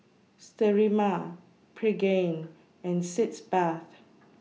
Sterimar Pregain and Sitz Bath